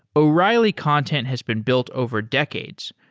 o'reilly content has been built over decades.